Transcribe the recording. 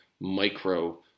micro